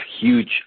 huge